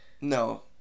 No